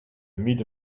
mid